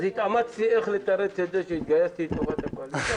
אז התאמצתי איך לתרץ את זה שהתגייסתי לטובת הקואליציה.